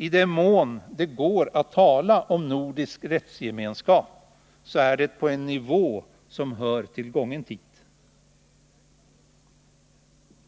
I den mån det går att tala om nordisk rättsgemenskap, så är det på en nivå som hör hemma i en gången tid.